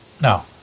Now